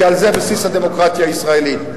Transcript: כי זה בסיס הדמוקרטיה הישראלית.